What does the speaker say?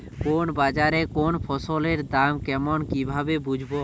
কোন বাজারে কোন ফসলের দাম কেমন কি ভাবে বুঝব?